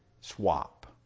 swap